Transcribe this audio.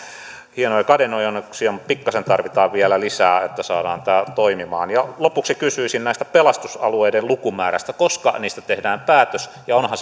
hienoja kädenojennuksia mutta pikkasen tarvitaan vielä lisää että saadaan tämä toimimaan lopuksi kysyisin pelastusalueiden lukumäärästä koska niistä tehdään päätös ja onhan